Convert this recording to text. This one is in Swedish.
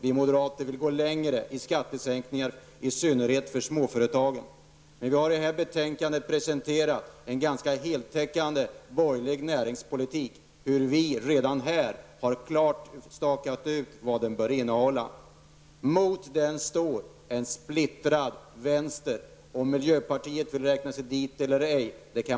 Vi moderater vill gå längre med skattesänkningar i synnerhet för småföretagen. Men vi har i det här betänkandet presenterat en ganska heltäckande borgerlig näringspolitik. Vi har redan här klart stakat ut vad den bör innehålla. Mot den står en splittrad vänster. Man kan alltid tvista om huruvida miljöpartiet vill räkna sig dit eller ej.